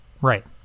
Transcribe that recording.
Right